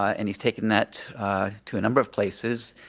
ah and he's taken that to a number of places,